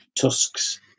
tusks